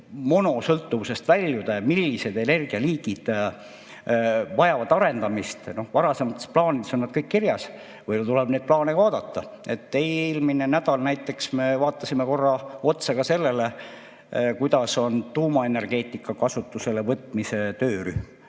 monosõltuvusest väljuda ja millised energialiigid vajavad arendamist? No varasemates plaanides on nad kõik kirjas, tuleb neid plaane vaadata. Eelmine nädal näiteks me vaatasime korra otsa ka sellele, kuidas on tuumaenergeetika kasutusele võtmise töörühm